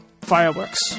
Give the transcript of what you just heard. fireworks